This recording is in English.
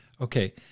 Okay